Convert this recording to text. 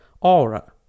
aura